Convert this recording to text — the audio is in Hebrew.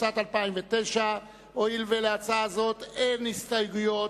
התשס”ט 2009. הואיל ולהצעה זו אין הסתייגויות,